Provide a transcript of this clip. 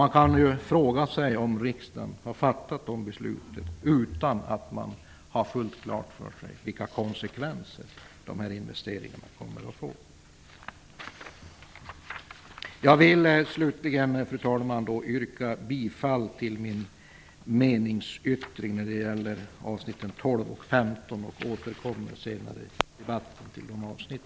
Man kan fråga sig om riksdagen har fattat de besluten utan att ha fullt klart för sig vilka konsekvenser dessa investeringar kommer att få. Fru talman! Jag vill slutligen yrka bifall till min meningsyttring vad avser avsnitten 12 och 15. Jag återkommer senare i debatten till dessa avsnitt.